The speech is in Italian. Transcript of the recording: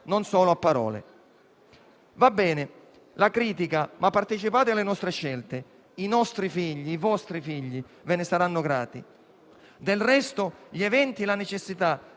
non solo a parole. Va bene la critica, ma partecipate alle nostre scelte: i nostri figli, i vostri figli ve ne saranno grati. Del resto, gli eventi e la necessità